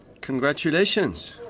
Congratulations